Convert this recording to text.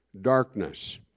darkness